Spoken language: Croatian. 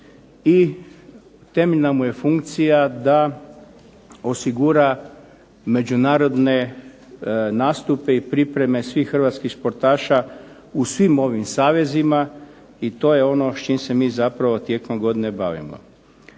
i temeljna mu je funkcija da osigura međunarodne nastupe i pripreme svih hrvatskih športaša u svim ovim savezima. I to je ono s čim se mi tijekom godine bavimo.